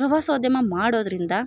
ಪ್ರವಾಸೋದ್ಯಮ ಮಾಡೋದರಿಂದ